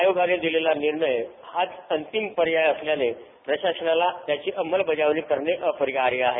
आयोगानं दिलेला निर्णय हाच अंतिम पर्याय असल्यानं प्रशासनाला याची अंमलबजावणी करणे अपरिहार्य आहे